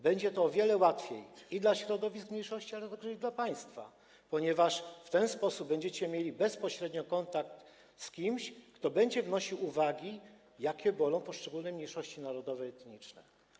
Będzie dzięki temu o wiele łatwiej dla środowisk mniejszości, ale także dla państwa, ponieważ w ten sposób będziecie mieli bezpośredni kontakt z kimś, kto będzie wnosił uwagi, co boli poszczególne mniejszości narodowe i etniczne.